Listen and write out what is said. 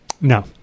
no